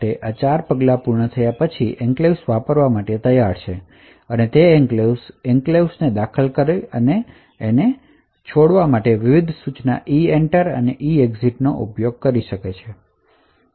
તેથી આ 4 પગલા પૂર્ણ થયા પછી એન્ક્લેવ્સ વાપરવા માટે તૈયાર છે અને તે પછી એપ્લિકેશન ખરેખર એન્ક્લેવ્સ ને દાખલ કરવા અને મૂકવા માટે વિવિધ સૂચના EENTER અને EEXIT નો ઉપયોગ કરી શકે છે